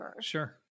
Sure